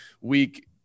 week